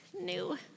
new